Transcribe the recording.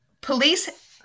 Police